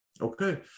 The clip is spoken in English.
Okay